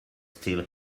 still